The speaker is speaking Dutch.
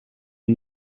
een